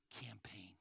campaign